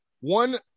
one